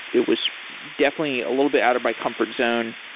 it was definitely a little bit out of my comfort zone,